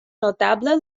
notable